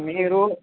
మీరు